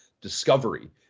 discovery